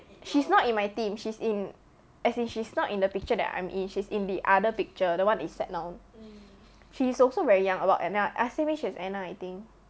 she's not in my team she's in as in she is not in the picture that I'm in she's in the other picture the one we sat down she is also very young about anna ah same age as anna I think